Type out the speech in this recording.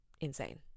insane